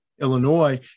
Illinois